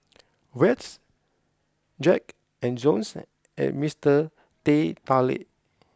Veets Jack and Jones and Mister Teh Tarik